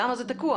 למה זה תקוע?